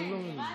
דוד,